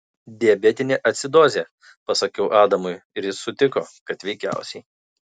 diabetinė acidozė pasakiau adamui ir jis sutiko kad veikiausiai